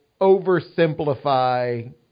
oversimplify